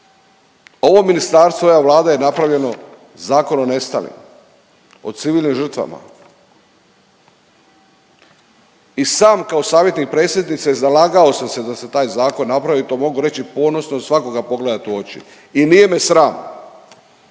Ovo ministarstvo i ova Vlada je napravljeno Zakon o nestalima, o civilnim žrtvama. I sam kao savjetnik predsjednice zalagao sam se da se taj zakon napravi, to mogu reći ponosno i svakoga pogledati u oči i nije me sram.